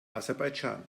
aserbaidschan